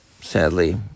sadly